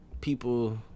people